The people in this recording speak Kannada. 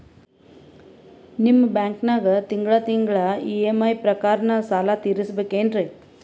ನಿಮ್ಮ ಬ್ಯಾಂಕನಾಗ ತಿಂಗಳ ತಿಂಗಳ ಇ.ಎಂ.ಐ ಪ್ರಕಾರನ ಸಾಲ ತೀರಿಸಬೇಕೆನ್ರೀ?